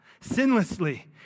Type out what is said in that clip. sinlessly